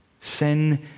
Sin